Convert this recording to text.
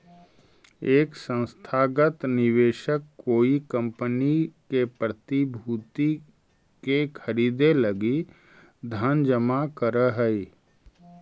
एक संस्थागत निवेशक कोई कंपनी के प्रतिभूति के खरीदे लगी धन जमा करऽ हई